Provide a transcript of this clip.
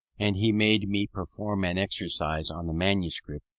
and he made me perform an exercise on the manuscript,